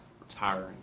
retiring